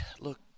look